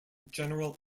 general